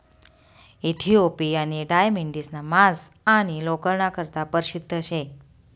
इथिओपियानी डाय मेढिसना मांस आणि लोकरना करता परशिद्ध शे